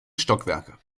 stockwerke